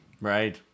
Right